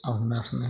औ हमें असने